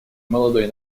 молодой